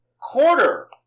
Quarter